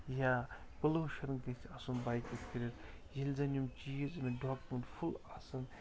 یا پُلوٗشن گژھِ آسُن بایکہِ کٔرِتھ ییٚلہِ زَن یِم چیٖز أمِس ڈاکِمٮ۪نٛٹ فُل آسَن